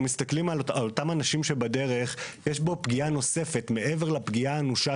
כמה חברות בישראל מייצרות שקיות ניילון?